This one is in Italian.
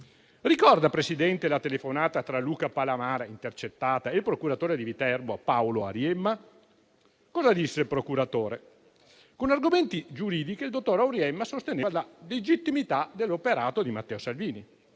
ricorda, Presidente, la telefonata tra Luca Palamara, intercettata, e il procuratore di Viterbo Paolo Auriemma? Cosa disse il procuratore? Con argomenti giuridici, il dottor Auriemma sosteneva la legittimità dell'operato di Matteo Salvini,